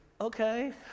okay